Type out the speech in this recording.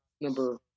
number